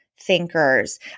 thinkers